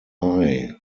eye